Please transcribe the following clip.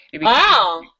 Wow